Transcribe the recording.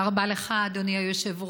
תודה רבה לך, אדוני היושב-ראש.